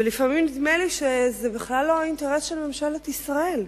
ולפעמים נדמה לי שזה בכלל לא האינטרס של ממשלת ישראל,